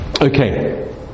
Okay